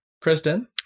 Kristen